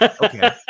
okay